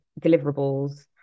deliverables